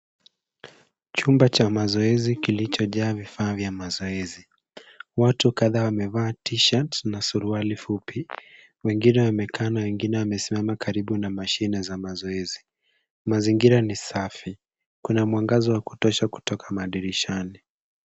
Chumba cha mazoezi kilichojaa vifaa vya mazoezi. Watu kadhaa wamevaa t-shirt na suruali fupi. Wengine wamekaa na wengine wamesimama karibu na mashine za mazoezi. Mazingira ni safi. Kuna mwangaza wa kutosha kutoka madirishani.